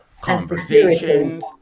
conversations